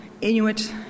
Inuit